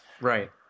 Right